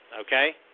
okay